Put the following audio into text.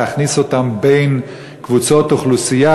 להכניס אותם בין קבוצות אוכלוסייה,